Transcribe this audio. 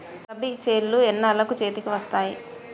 రబీ చేలు ఎన్నాళ్ళకు చేతికి వస్తాయి?